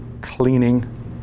cleaning